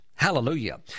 hallelujah